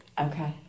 Okay